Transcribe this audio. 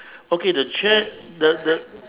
okay the chair the the